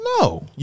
No